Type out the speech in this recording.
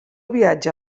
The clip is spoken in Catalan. viatge